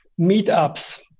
meetups